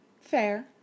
fair